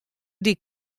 dyk